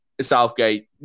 Southgate